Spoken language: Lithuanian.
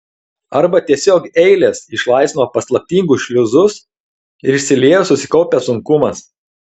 arba tiesiog eilės išlaisvino paslaptingus šliuzus ir išsiliejo susikaupęs sunkumas